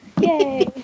Yay